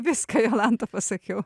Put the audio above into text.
viską jolanta pasakiau